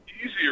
easier